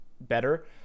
better